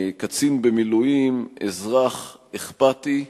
קצין במילואים, אזרח אכפתי,